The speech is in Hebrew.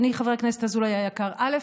אדוני, חבר הכנסת אזולאי היקר, א.